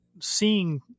seeing